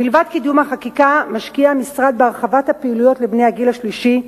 מלבד קידום החקיקה המשרד משקיע בהרחבת הפעילויות לבני הגיל השלישי.